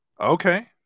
okay